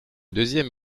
deuxième